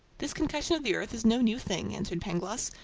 this concussion of the earth is no new thing, answered pangloss.